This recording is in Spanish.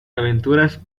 aventuras